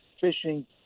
fishing